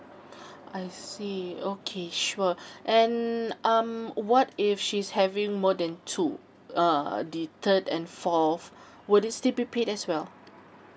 I see okay sure and um what if she's having more than two err the third and fourth would it still be paid as well